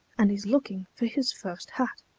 and is looking for his first hat.